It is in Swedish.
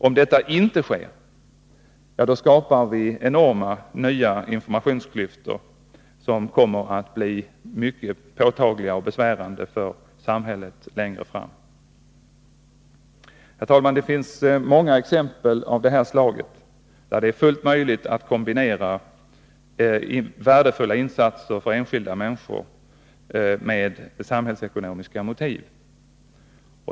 Om så inte sker, skapar vi enorma nya informationsklyftor, som kommer att bli mycket påtagliga och besvärande för samhället längre fram. Herr talman! Det finns många exempel av detta slag, där det är fullt möjligt att kombinera värdefulla insatser för enskilda människor med samhällsekonomiska motiv.